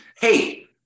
hey